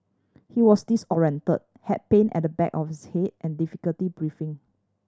he was disorientated had pain at the back of his head and difficulty breathing